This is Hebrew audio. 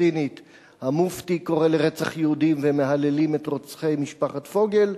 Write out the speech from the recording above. הפלסטינית המופתי קורא לרצח יהודים ומהללים את רוצחי משפחת פוגל?